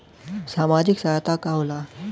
सामाजिक सहायता का होला?